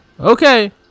okay